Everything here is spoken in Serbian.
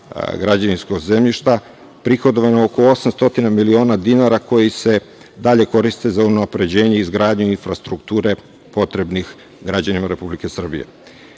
građevinskog zemljišta prihodovano je oko 800 miliona dinara koji se dalje koriste za unapređenje i izgradnju infrastrukture potrebne građanima Republike Srbije. Građani